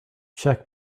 check